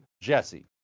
JESSE